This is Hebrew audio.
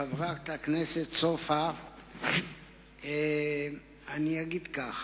חברת הכנסת סופה לנדבר, אני אגיד כך.